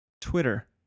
Twitter